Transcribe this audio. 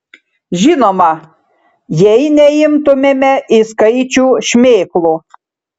žinoma jei neimtumėme į skaičių šmėklų